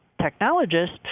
technologists